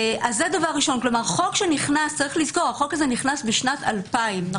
החוק הזה נכנס ב-2000.